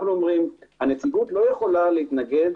אנחנו אומרים: הנציגות לא יכולה להתנגד